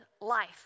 life